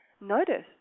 notice